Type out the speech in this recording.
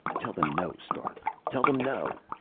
tell them no, stark! tell them no!